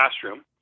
classroom